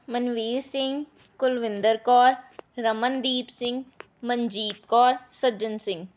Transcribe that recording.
Manveer Singh Kulwinder Kaur Ramandeep Singh Manjeet Kaur Sajjan Singh